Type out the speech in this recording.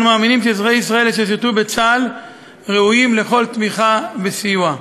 אנחנו מאמינים שאזרחי ישראל אשר שירתו בצה"ל ראויים לכל תמיכה וסיוע.